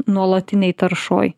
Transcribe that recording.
nuolatinėj taršoj